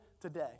today